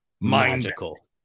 magical